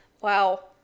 Wow